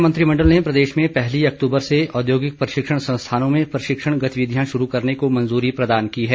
राज्य मंत्रिमंडल ने प्रदेश में पहली अक्तूबर से औद्योगिक प्रशिक्षण संस्थानों में प्रशिक्षण गतिविधियां शुरू करने को मंजूरी प्रदान की है